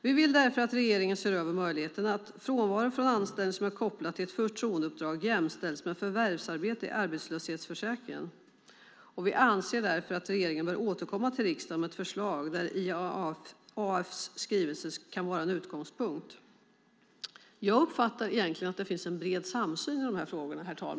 Vi vill därför att regeringen ser över möjligheterna att frånvaro från anställning som är kopplad till ett förtroendeuppdrag jämställs med förvärvsarbete i arbetslöshetsförsäkringen. Vi anser därför att regeringen bör återkomma till riksdagen med ett förslag där IAF:s skrivelse kan vara en utgångspunkt. Jag uppfattar, herr talman, egentligen att det finns en bred samsyn i de här frågorna.